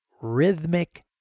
rhythmic